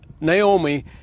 Naomi